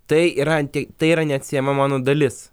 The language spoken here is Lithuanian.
tai yra anti tai yra neatsiejama mano dalis